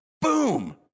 boom